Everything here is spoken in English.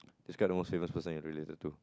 describe the most famous person you're related to